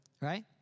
right